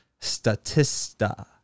statista